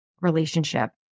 relationship